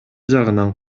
жагынан